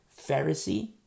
Pharisee